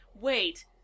wait